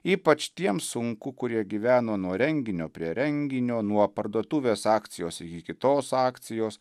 ypač tiem sunku kurie gyveno nuo renginio prie renginio nuo parduotuvės akcijos iki kitos akcijos